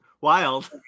Wild